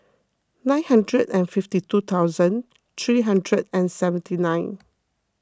nine hundred and fifty two thousand three hundred and seventy nine